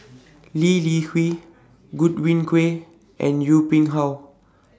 Lee Li Hui Godwin Koay and Yong Pung How